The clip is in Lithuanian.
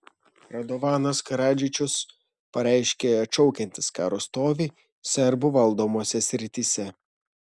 radovanas karadžičius pareiškė atšaukiantis karo stovį serbų valdomose srityse